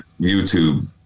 YouTube